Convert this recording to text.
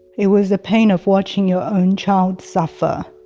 it was the pain of watching your own child suffer.